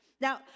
Now